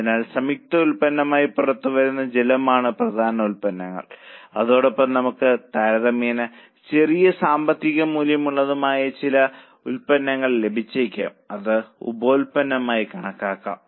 അതിനാൽ സംയുക്ത ഉൽപന്നങ്ങളായി പുറത്തുവരുന്ന ജലമാണ് പ്രധാന ഉൽപന്നങ്ങൾ അതോടൊപ്പം നമുക്ക് താരതമ്യേന ചെറിയ സാമ്പത്തിക മൂല്യമുള്ളതുമായ ചില ഉൽപ്പന്നങ്ങൾ ലഭിച്ചേക്കാം അത് ഉപോൽപ്പന്നമായി കണക്കാക്കും